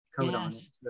yes